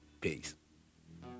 Peace